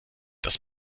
das